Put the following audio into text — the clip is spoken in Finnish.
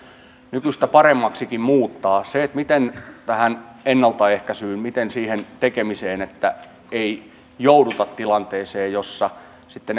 nykyistä paremmaksikin muuttaa miten panostetaan ennaltaehkäisyyn ja siihen tekemiseen että ei jouduta tilanteeseen jossa